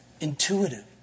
intuitive